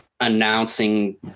announcing